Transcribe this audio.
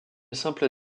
simple